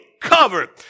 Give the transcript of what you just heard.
covered